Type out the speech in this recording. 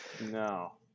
No